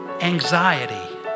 anxiety